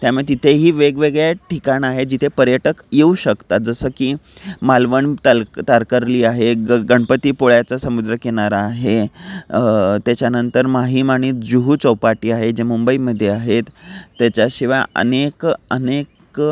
त्यामुळे तिथेही वेगवेगळ्या ठिकाणं आहेत जिथे पर्यटक येऊ शकतात जसं की मालवण तल तारकर्ली आहे ग गणपतीपुळ्याचा समुद्रकिनारा आहे त्याच्यानंतर माहीम आणि जुहू चौपाटी आहे जे मुंबईमध्ये आहेत त्याच्याशिवाय अनेक अनेक